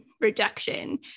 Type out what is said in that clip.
reduction